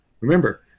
Remember